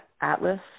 atlas